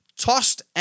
tossed